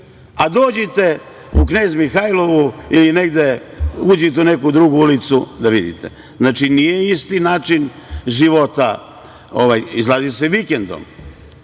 a dođite u Knez Mihajlovu ili negde uđite u neku drugu ulicu da vidite. Znači, nije isti način života. Izlazi se vikendom.